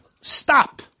stop